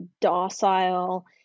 docile